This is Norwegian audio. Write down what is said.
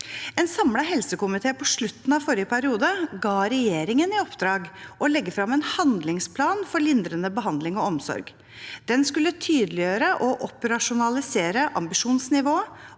en samlet helsekomité regjeringen i oppdrag å legge frem en handlingsplan for lindrende behandling og omsorg. Den skulle tydeliggjøre og operasjonalisere ambisjonsnivået